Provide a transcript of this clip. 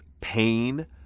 pain